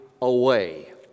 away